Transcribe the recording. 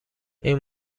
این